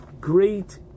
Great